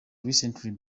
recently